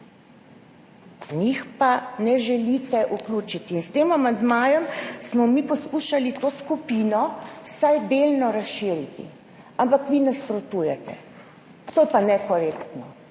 njih pa ne želite vključiti. In s tem amandmajem smo mi poskušali to skupino vsaj delno razširiti, ampak vi nasprotujete. To pa je nekorektno.